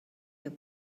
your